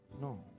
No